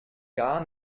gar